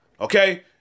Okay